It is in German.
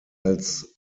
als